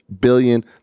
billion